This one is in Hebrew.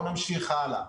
נמשיך הלאה.